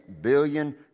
billion